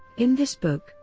in this book,